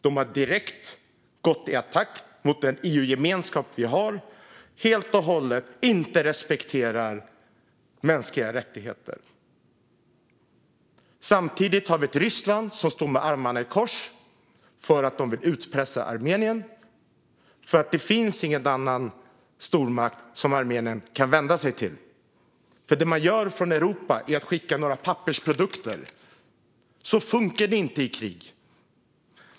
De har gått till direkt attack mot vår EU-gemenskap. De respekterar inte mänskliga rättigheter över huvud taget. Samtidigt har vi ett Ryssland som står med armarna i kors för att man vill utpressa Armenien. Det finns nämligen ingen annan stormakt som Armenien kan vända sig till. Vad man gör från Europa är att skicka några pappersprodukter. Så funkar det inte i krig.